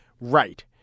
Right